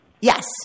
Yes